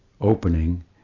opening